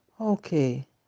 okay